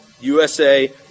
USA